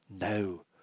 No